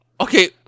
Okay